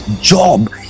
job